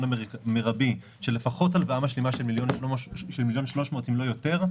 המרבי של לפחות הלוואה משלימה של 1.3 מיליון אם לא יותר,